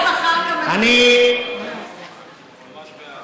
לא, הוא ממש בעד.